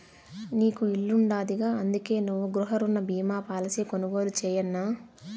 నీకు ఇల్లుండాదిగా, అందుకే నువ్వు గృహరుణ బీమా పాలసీ కొనుగోలు చేయన్నా